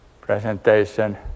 presentation